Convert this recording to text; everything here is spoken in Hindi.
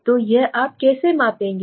तो यह आप कैसे मापेंगे